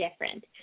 different